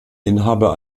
inhaber